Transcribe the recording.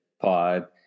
Pod